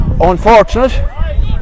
Unfortunate